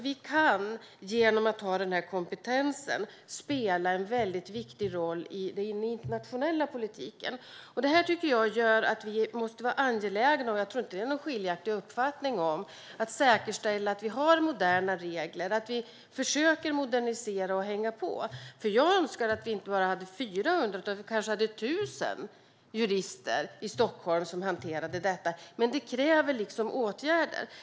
Vi kan alltså genom att ha den här kompetensen spela en mycket viktig roll i den internationella politiken. Det gör att vi måste vara angelägna om - det tror jag inte att det är någon skiljaktig uppfattning om - att säkerställa att vi har moderna regler, att vi försöker modernisera och hänga med. Jag önskar att vi inte bara hade 400 utan kanske 1 000 jurister i Stockholm som hanterade detta. Men det kräver åtgärder.